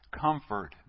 comfort